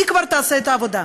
היא כבר תעשה את העבודה.